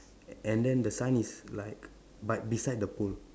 and then the sign is like by beside the pole